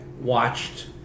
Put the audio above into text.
watched